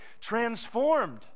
transformed